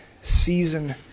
season